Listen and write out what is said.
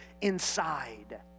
inside